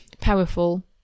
powerful